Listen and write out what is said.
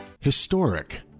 Historic